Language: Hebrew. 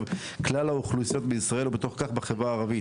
כלל האוכלוסיות בישראל ובתוך כך בחברה הערבית.